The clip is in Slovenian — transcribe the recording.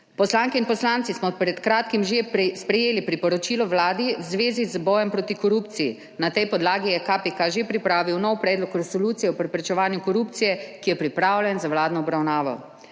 Poslanke in poslanci smo pred kratkim že sprejeli priporočilo Vladi v zvezi z bojem proti korupciji, na tej podlagi je KPK že pripravil nov predlog Resolucije o preprečevanju korupcije, ki je pripravljen za vladno obravnavo.